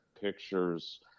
pictures